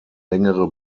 längere